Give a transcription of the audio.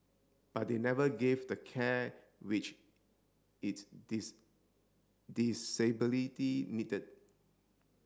but they never gave the care which its this disability needed